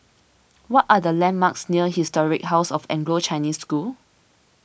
what are the landmarks near Historic House of Anglo Chinese School